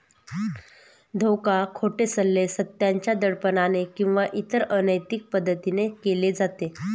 धोका, खोटे सल्ले, सत्याच्या दडपणाने किंवा इतर अनैतिक पद्धतीने केले जाते